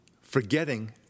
forgetting